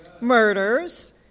Murders